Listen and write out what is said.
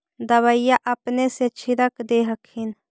दबइया अपने से छीरक दे हखिन?